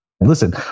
listen